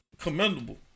commendable